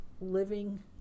living